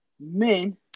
men